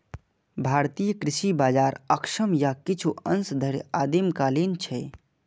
भारतीय कृषि बाजार अक्षम आ किछु अंश धरि आदिम कालीन छै